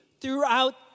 throughout